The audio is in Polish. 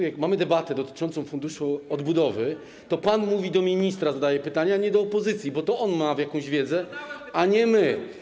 Jak mamy debatę dotyczącą Funduszu Odbudowy, to pan mówi do ministra, jemu zadaje pytanie, a nie opozycji, bo to on ma jakąś wiedzę, a nie my.